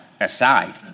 Aside